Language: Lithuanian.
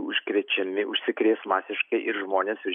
užkrečiami užsikrės masiškai ir žmonės virš